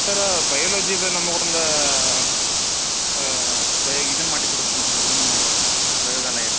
sir ಬಯೋಲಜಿದು ನಮ್ಗ ಒಂದು ಭಯ ಇದನ್ನ ಮಾಡಿ ಕೊಡ್ಬೇಕು ನಮ್ಗೆ ರೂಮ್ ನೀವು ಪ್ರಯೋಗಾಲಯ